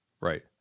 right